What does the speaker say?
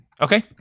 Okay